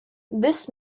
this